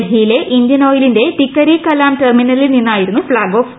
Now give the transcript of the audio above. ഡൽഹിയിലെ ഇന്ത്യൻ ഓയിലിന്റെ ടിക്കരി കലാം ടെർമിനലിൽ നിന്നായിരുന്നു ഫ്ളാഗ് ഓഫ്